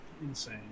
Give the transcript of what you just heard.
Insane